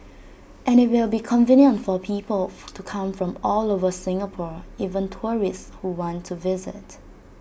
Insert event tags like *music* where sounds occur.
*noise* and IT will be convenient for people *noise* to come from all over Singapore even tourists who want to visit